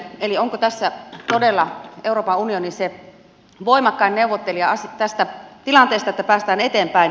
eli onko tässä todella euroopan unioni se voimakkain neuvottelija että tästä tilanteesta päästään eteenpäin